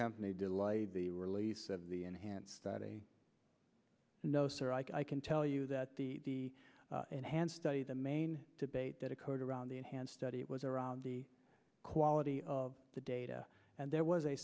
company delayed the release of the enhanced that a no sir i can tell you that the enhanced study the main debate that occurred around the enhanced study it was around the quality of the data and there was a